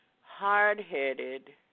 hard-headed